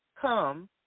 come